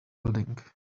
building